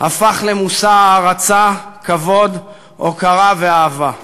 הפך למושא הערצה, כבוד, הוקרה ואהבה.